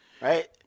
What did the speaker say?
Right